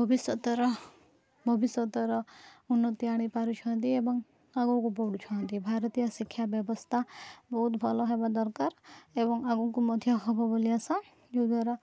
ଭବିଷ୍ୟତରେ ଭବିଷ୍ୟତର ଉନ୍ନତି ଆଣିପାରୁଛନ୍ତି ଏବଂ ଆଗକୁ ବଢ଼ୁଛନ୍ତି ଭାରତୀୟ ଶିକ୍ଷା ବ୍ୟବସ୍ଥା ବହୁତ ଭଲ ହେବା ଦରକାର ଏବଂ ଆଗକୁ ମଧ୍ୟ ହଏବ ବୋଲି ଆଶା ଯେଉଁଦ୍ୱାରା